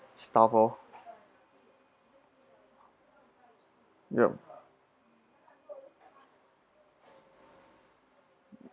stuff oh yup